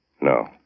No